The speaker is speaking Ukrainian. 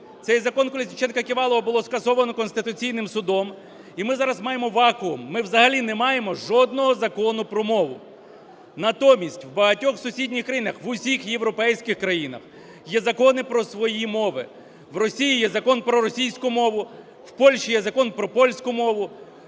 Цей Закон "Колесніченка-Ківалова" було скасовано Конституційним судом. І ми зараз маємо вакуум, ми взагалі не маємо жодного закону про мову. Натомість в багатьох сусідніх країнах, в усіх європейських країнах є закони про свої мови. В Росії є Закон про російську мову, в Польщі є Закон про польську мову,